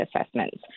assessments